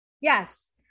Yes